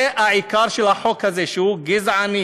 זה העיקר של החוק הזה, שהוא גזעני.